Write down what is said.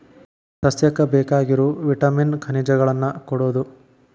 ಸಸ್ಯಕ್ಕ ಬೇಕಾಗಿರು ವಿಟಾಮಿನ್ ಖನಿಜಗಳನ್ನ ಕೊಡುದು